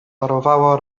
parowała